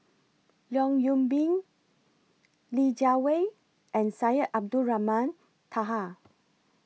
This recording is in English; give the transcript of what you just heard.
Leong Yoon Pin Li Jiawei and Syed Abdulrahman Taha